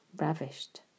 Ravished